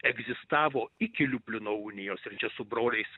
egzistavo iki liublino unijos ir čia su broliais